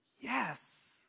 Yes